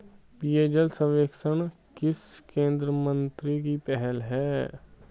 पेयजल सर्वेक्षण किस केंद्रीय मंत्रालय की पहल है?